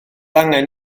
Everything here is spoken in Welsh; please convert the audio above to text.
angen